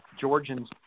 Georgians